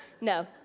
No